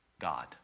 God